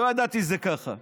לא ידעתי שזה ככה.